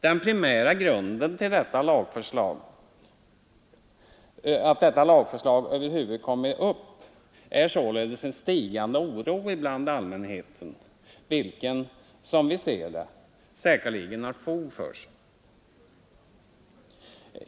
Den primära grunden till att detta lagförslag över huvud taget kommit till är således en bland allmänheten stigande oro vilken, som vi ser det, säkerligen har fog för sig.